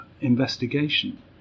investigation